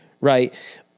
right